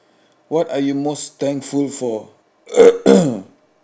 what are you most thankful for